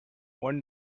when